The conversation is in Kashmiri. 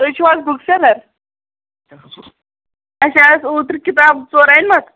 تُہۍ چھِو حظ بُک سیلَر اسہِ حظ اوٗترٕ کِتابہٕ ژور اَنِمٕژ